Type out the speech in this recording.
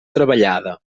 treballada